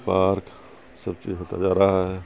park سب چیز ہوتا جا رہا ہے